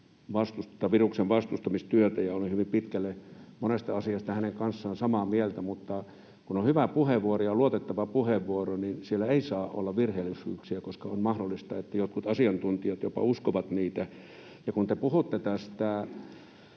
viruksen vastustamistyötä, ja olen hyvin pitkälle monesta asiasta hänen kanssaan samaa mieltä. Mutta kun on hyvä ja luotettava puheenvuoro, niin siellä ei saa olla virheellisyyksiä, koska on mahdollista, että jotkut asiantuntijat jopa uskovat niitä. Kun te puhutte tästä